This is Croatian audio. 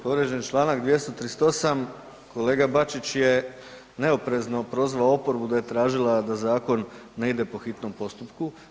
Povrijeđen čl. 238. kolega Bačić je neoprezno prozvao oporba da je tražila da zakon ne ide po hitnom postupku.